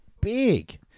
Big